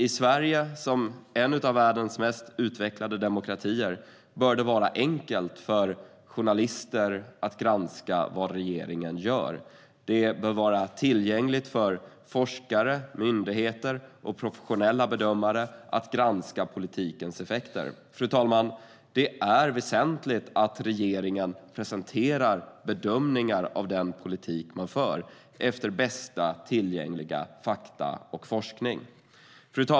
I Sverige, som är en av världens mest utvecklade demokratier, bör det vara enkelt för journalister att granska regeringen. Det bör vara tillgängligt för forskare, myndigheter och professionella bedömare att granska politikens effekter. Det är väsentligt att regeringen presenterar bedömningar av den politik som man för, efter bästa tillgängliga fakta och forskning.